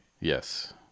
Yes